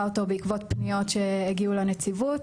אותו בעקבות פניות שהגיעו לנציבות,